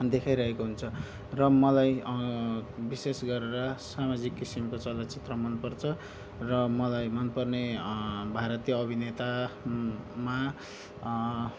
देखाइरहेको हुन्छ र मलाई विशेष गरेर सामाजिक किसिमको चलचित्र मनपर्छ र मलाई मनपर्ने भारतीय अभिनेतामा